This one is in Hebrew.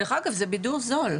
דרך אגב זה בידור זול,